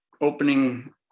opening